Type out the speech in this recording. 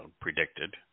predicted